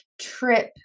trip